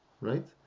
right